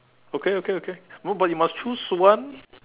okay okay okay no but you must choose one